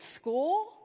school